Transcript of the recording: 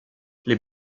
les